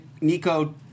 Nico